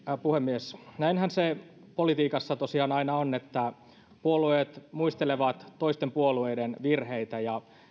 puhemies näinhän se politiikassa tosiaan aina on että puolueet muistelevat toisten puolueiden virheitä ja